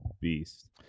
beast